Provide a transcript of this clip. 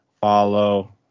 follow